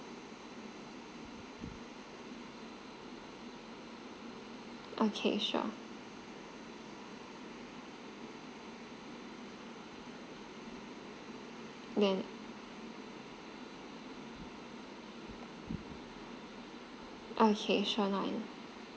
okay sure then okay sure not an